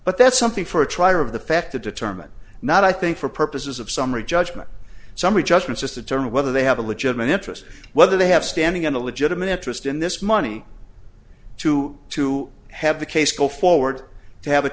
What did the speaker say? but that's something for a trial of the fact to determine not i think for purposes of summary judgment summary judgment just a term of whether they have a legitimate interest whether they have standing in the legitimate interest in this money to to have the case go forward to have a